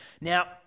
Now